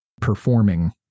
performing